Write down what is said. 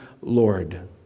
Lord